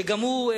שגם הוא,